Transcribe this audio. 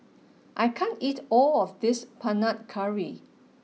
I can't eat all of this Panang Curry